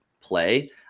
play